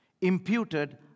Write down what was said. Imputed